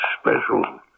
special